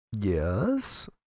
Yes